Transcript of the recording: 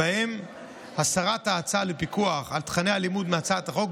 ובהן הסרת ההצעה לפיקוח על תוכני הלימוד מהצעת החוק,